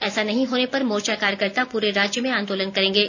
ऐसा नहीं होने पर मोर्चा कार्यकर्ता पूरे राज्य में आंदोलन करेंगे